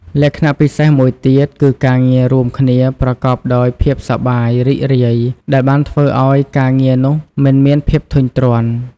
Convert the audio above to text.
លក្ខណៈពិសេសមួយទៀតគឺការងាររួមគ្នាប្រកបដោយភាពសប្បាយរីករាយដែលបានធ្វើឲ្យការងារនោះមិនមានភាពធុញទ្រាន់។